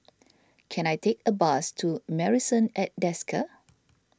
can I take a bus to Marrison at Desker